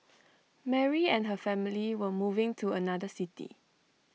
Mary and her family were moving to another city